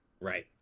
right